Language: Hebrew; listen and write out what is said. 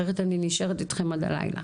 אחרת אני נשארת איתכם עד הלילה.